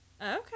Okay